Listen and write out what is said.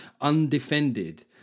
undefended